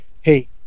Hey